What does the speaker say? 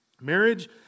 marriage